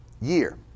year